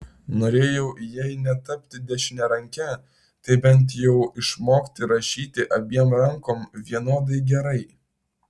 norėjau jei ne tapti dešiniaranke tai bent jau išmokti rašyti abiem rankom vienodai gerai